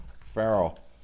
farrell